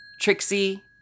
Trixie